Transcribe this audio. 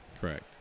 Correct